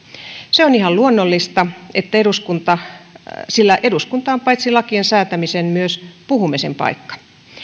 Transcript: se on ihan luonnollista sillä eduskunta on paitsi lakien säätämisen myös puhumisen paikka